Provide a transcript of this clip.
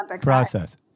process